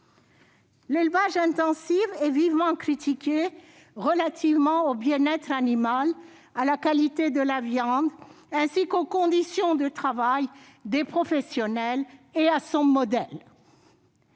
L'élevage intensif est vivement critiqué relativement au bien-être animal et à la qualité de la viande, ainsi qu'aux conditions de travail des professionnels et à son modèle.